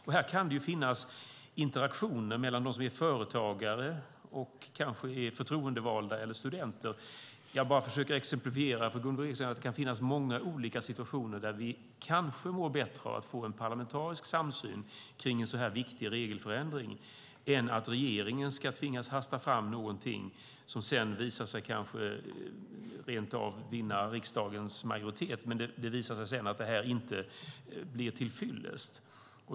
Här kan det finnas interaktioner mellan dem som är företagare, förtroendevalda och studenter. Jag försöker bara exemplifiera för Gunvor G Ericson att det kan finnas många olika situationer där vi kanske mår bättre av att nå en parlamentarisk samsyn kring en viktig regelförändring än av att regeringen tvingas att hasta fram någonting som rent av vinner riksdagens majoritet men sedan kanske visar sig inte bli till fyllest.